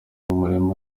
umurimo